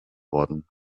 worden